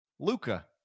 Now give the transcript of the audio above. Luca